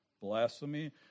blasphemy